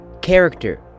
character